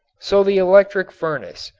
so the electric furnace,